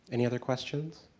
any other questions?